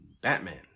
batman